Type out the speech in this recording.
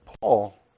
Paul